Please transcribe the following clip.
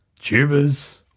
tubers